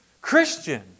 Christian